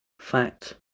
Fact